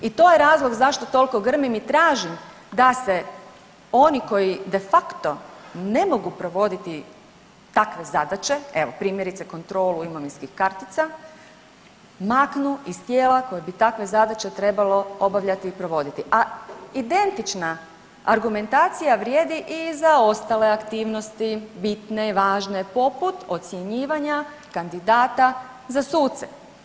I to je razlog zašto toliko grmim i tražim da se oni koji de facto ne mogu provoditi takve zadaće, evo primjerice kontrolu imovinskih kartica maknu iz tijela koje bi takve zadaće trebalo obavljati i provoditi, a identična argumentacija vrijedi i za ostale aktivnosti bitne i važne poput ocjenjivanja kandidata za suce.